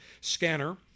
scanner